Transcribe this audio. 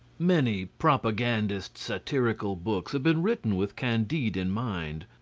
many propagandist satirical books have been written with candide in mind,